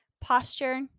posture